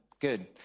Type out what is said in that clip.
good